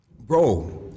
bro